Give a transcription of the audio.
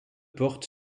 porte